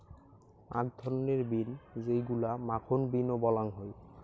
আক ধরণের বিন যেইগুলা মাখন বিন ও বলাং হই